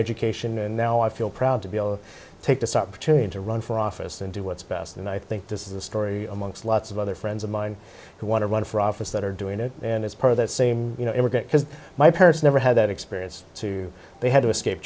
education and now i feel proud to be able to take this opportunity to run for office and do what's best and i think this is a story amongst lots of other friends of mine who want to run for office that are doing it and it's part of that same you know immigrant because my parents never had that experience too they had to escape